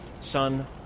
son